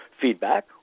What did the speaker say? feedback